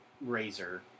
razor